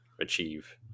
achieve